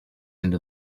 into